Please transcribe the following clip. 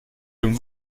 comme